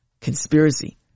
Conspiracy